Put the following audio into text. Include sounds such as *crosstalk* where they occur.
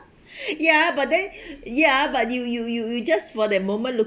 ya but then *breath* ya but you you you you just for that moment